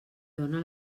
dóna